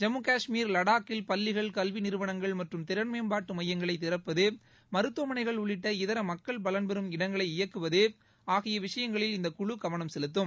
ஜம்முகஷ்மீர் லடாக்கில் பள்ளிகள் கல்வி நிறுவனங்கள் மற்றும் திறன்மேம்பாட்டு மையங்களை திறப்பது மருத்துவமனைகள் உள்ளிட்ட இதர மக்கள் பலன்பெறும் இடங்களை இயக்குவது ஆகிய விஷயங்களில் இந்த குழு கவனம் செலுத்தும்